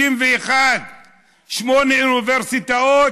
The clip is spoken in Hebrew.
61. שמונה אוניברסיטאות.